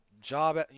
job